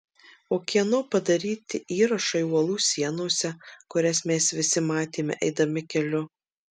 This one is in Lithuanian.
o kieno padaryti įrašai uolų sienose kurias mes visi matėme eidami keliu